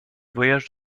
voyage